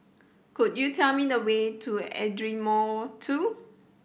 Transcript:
could you tell me the way to Ardmore Two